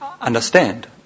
understand